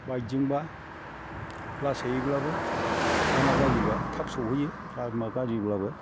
बाइकजोंब्ला लासैब्लाबो लामा गाज्रि बा थाब सहैयो लामा गाज्रि ब्लाबो